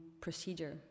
procedure